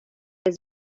his